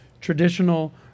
traditional